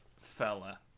fella